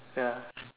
ya